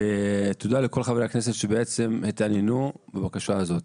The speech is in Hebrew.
תודה לכל חברי הכנסת שבעצם התעניינו בבקשה הזאת.